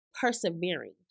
persevering